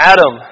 Adam